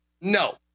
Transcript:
No